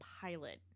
pilot